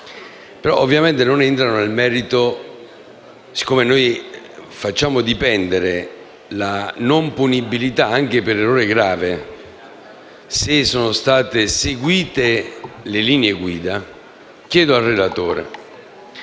ovviamente - non entrano nel merito. Siccome noi facciamo dipendere la non punibilità anche per errore grave dall'aver seguito le linee guida, chiedo al relatore